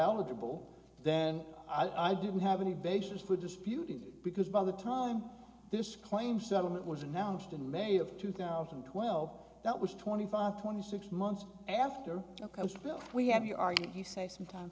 eligible then i didn't have any basis for disputing it because by the time this claim settlement was announced in may of two thousand and twelve that was twenty five twenty six months after we had the argument he said sometime